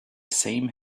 same